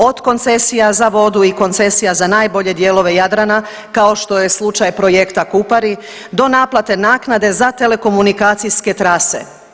Od koncesija za vodu i koncesija za najbolje dijelove Jadrana kao što je slučaj projekta Kupari do naplate naknade za telekomunikacijske trase.